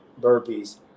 burpees